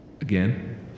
Again